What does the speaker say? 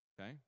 okay